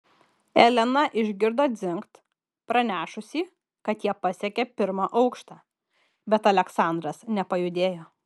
elena išgirdo dzingt pranešusį kad jie pasiekė pirmą aukštą bet aleksandras nepajudėjo